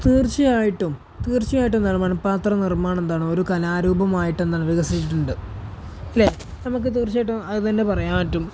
തീർച്ചയായിട്ടും തീർച്ചയായിട്ടും പാത്ര നിർമ്മാണം എന്താണ് ഒരു കലാരൂപമായിട്ടെന്താണ് വികസിച്ചിട്ടുണ്ട് ഇല്ലേ നമുക്ക് തീർച്ചയായിട്ടും അതുതന്നെ പറയാൻപറ്റും